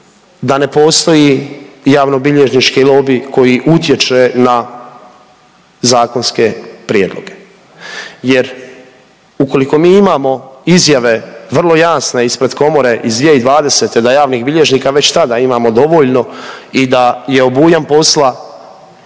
da ne postoji javnobilježnički lobi koji utječe na zakonske prijedloge jer ukoliko mi imamo izjave vrlo jasne ispred komore iz 2020. da javnih bilježnika već tada imamo dovoljno i da je obujam posla